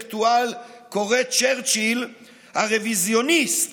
בצער רב אני אאשר לך עשר,